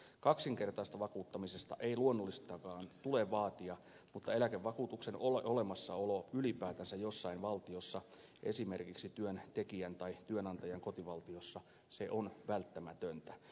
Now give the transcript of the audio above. kaksinkertaista vakuuttamista ei luonnollisestikaan tule vaatia mutta eläkevakuutuksen olemassaolo ylipäätänsä jossain valtiossa esimerkiksi työntekijän tai työnantajan kotivaltiossa on välttämätöntä